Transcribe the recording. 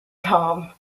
tom